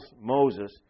Moses